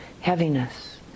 heaviness